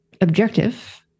objective